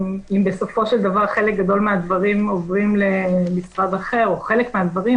אם בסופו של דבר חלק גדול מהדברים עוברים למשרד אחר או חלק מהדברים,